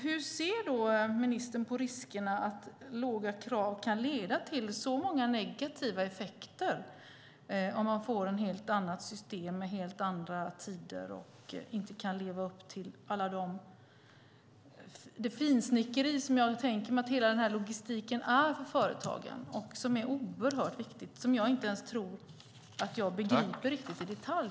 Hur ser ministern på riskerna att låga krav kan leda till så många negativa effekter om man får ett helt annat system med helt andra tider och inte kan leva upp till det finsnickeri jag tänker mig att hela denna logistik är för företagen? Den är oerhört viktig, och jag tror inte ens att jag riktigt begriper den i detalj.